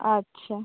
আচ্ছা